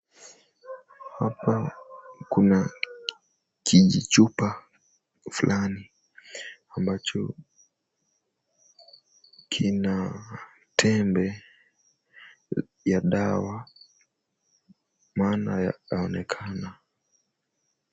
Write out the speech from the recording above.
Hapa kuna kijichupa fulani ambacho kina tembe ya dawa maana yaonekana.